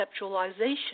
conceptualization